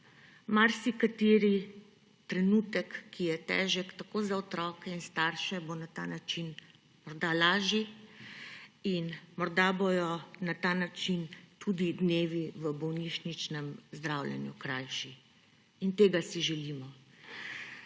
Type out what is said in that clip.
Marsikateri trenutek, ki je težek tako za otroke kot za starše, bo na ta način morda lažji in morda bodo na ta način tudi dnevi v bolnišničnem zdravljenju krajši. Tega si želimo.